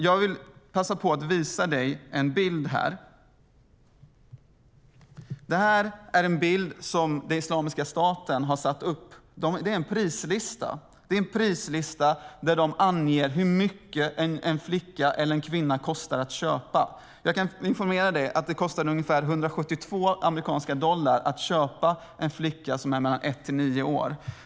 Jag vill passa på att visa en bild där Islamiska staten har satt upp en prislista som anger hur mycket en flicka eller en kvinna kostar att köpa. Jag kan informera om att det kostar ungefär 172 amerikanska dollar att köpa en flicka som är mellan ett och nio år.